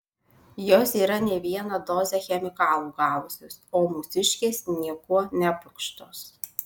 jos yra ne vieną dozę chemikalų gavusios o mūsiškės niekuo nepurkštos